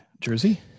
Jersey